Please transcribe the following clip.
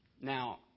Now